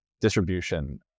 distribution